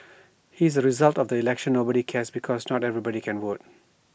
here's the result of the election nobody cares because not everybody can vote